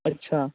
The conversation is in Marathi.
अच्छा